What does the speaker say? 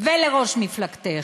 ולראש מפלגתך: